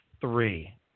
three